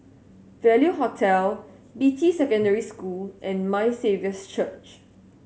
Value Hotel Beatty Secondary School and My Saviour's Church